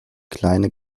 kleine